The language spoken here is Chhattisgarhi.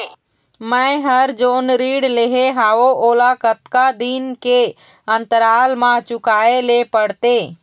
मैं हर जोन ऋण लेहे हाओ ओला कतका दिन के अंतराल मा चुकाए ले पड़ते?